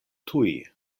tuj